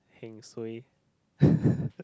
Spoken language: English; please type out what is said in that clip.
heng suay